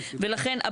ולכן,